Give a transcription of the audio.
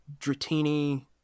Dratini